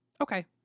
Okay